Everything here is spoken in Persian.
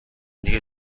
دیگه